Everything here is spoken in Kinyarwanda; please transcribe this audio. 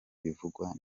bivugwa